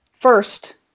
First